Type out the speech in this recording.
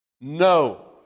No